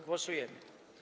Głosujemy.